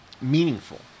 meaningful